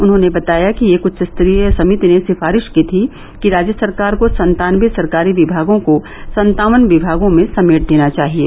उन्होंने बताया कि एक उच्च स्तरीय समिति ने सिफारिष की थी कि राज्य सरकार को संतानबे सरकारी विभागों को संतावन विभागों में समेट देना चाहिये